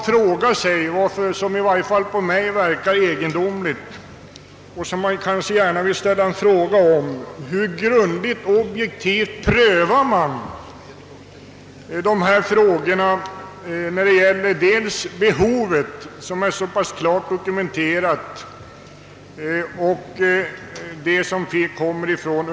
Frågan har, som jag nämnde, varit uppe vid tidigare tillfällen. Jag undrar: Hur grundligt och objektivt prövas sådana här ärenden? Behovet av de ifrågavarande professurerna är ju klart dokumenterat.